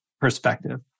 perspective